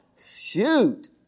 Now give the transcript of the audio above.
shoot